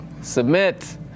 submit